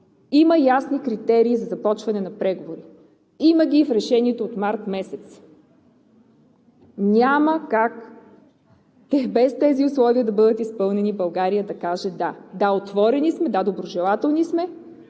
Има ясни критерии за започване на преговори! Има ги и в решението от март месец. Няма как те и без тези условия да бъдат изпълнени и България да каже „да“. Да, отворени сме! Да, доброжелателни сме,